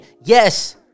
Yes